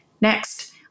Next